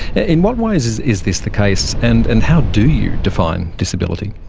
in what ways is is this the case? and and how do you define disability?